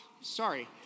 Sorry